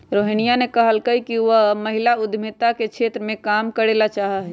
रोहिणी ने कहल कई कि वह महिला उद्यमिता के क्षेत्र में काम करे ला चाहा हई